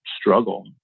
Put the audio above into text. struggle